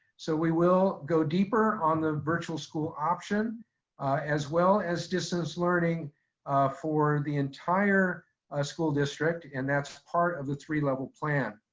so we will go deeper on the virtual school option as well as distance learning for the entire ah school district. and that's part of the three-level plan.